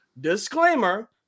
Disclaimer